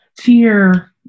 fear